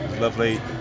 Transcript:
Lovely